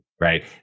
right